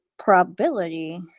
Probability